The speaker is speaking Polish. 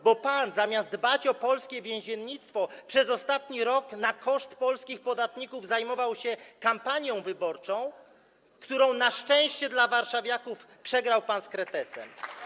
Bo pan, zamiast dbać o polskie więziennictwo, przez ostatni rok na koszt polskich podatników zajmował się kampanią wyborczą, którą na szczęście dla warszawiaków przegrał pan z kretesem.